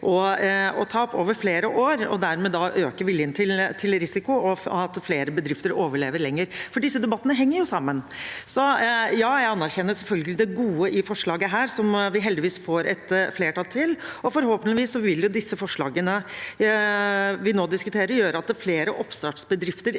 og tap over flere år og dermed øke viljen til risiko, sånn at flere bedrifter overlever lenger. Disse debattene henger jo sammen. Jeg anerkjenner selvfølgelig det gode i dette forslaget, som vi heldigvis får flertall for. Forhåpentligvis vil disse forslagene vi nå diskuterer, gjøre at flere oppstartsbedrifter